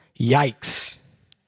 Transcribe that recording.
Yikes